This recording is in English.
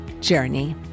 journey